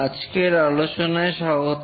আজকের আলোচনায় স্বাগত